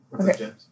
Okay